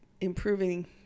improving